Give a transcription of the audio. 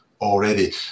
already